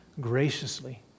graciously